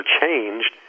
changed